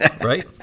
right